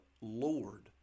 Lord